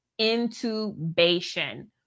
intubation